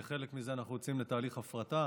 כחלק מזה אנחנו יוצאים לתהליך הפרטה.